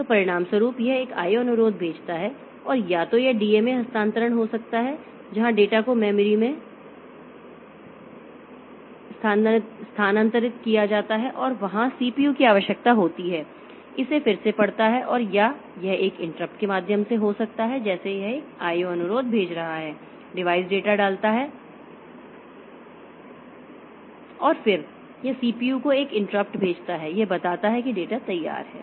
तो परिणामस्वरूप यह एक IO अनुरोध भेजता है और या तो यह डीएमए हस्तांतरण हो सकता है जहां डेटा को मेमोरी में स्थानांतरित किया जाता है और वहां सीपीयू की आवश्यकता होती है इसे फिर से पढ़ता है या यह एक इंटरप्ट के माध्यम से हो सकता है जैसे यह एक IO अनुरोध भेज रहा है डिवाइस डेटा डालता है और फिर यह CPU को एक इंटरप्ट भेजता है यह बताता है कि डेटा तैयार है